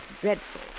dreadful